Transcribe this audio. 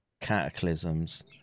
cataclysms